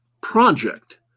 project